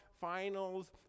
Finals